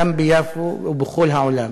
גם ביפו ובכל העולם.